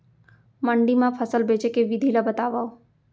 मंडी मा फसल बेचे के विधि ला बतावव?